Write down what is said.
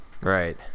right